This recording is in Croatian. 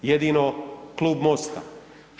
Jedino Klub MOST-a.